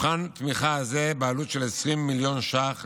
מבחן תמיכה זה, בעלות של 20 מיליון ש"ח לשנה,